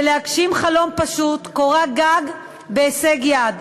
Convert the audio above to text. ולהגשים חלום פשוט, קורת גג בהישג יד.